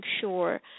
sure